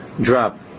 drop